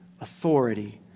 authority